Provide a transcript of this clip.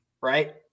right